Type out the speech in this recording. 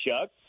chuck